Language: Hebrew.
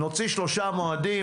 נוציא שלושה מועדים,